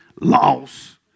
loss